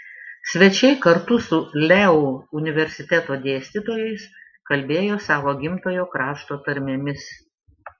svečiai kartu su leu universiteto dėstytojais kalbėjo savo gimtojo krašto tarmėmis